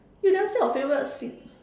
you never say your favorite